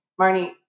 Marnie